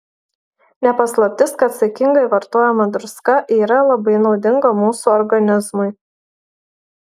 ne paslaptis kad saikingai vartojama druska yra labai naudinga mūsų organizmui